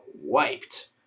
wiped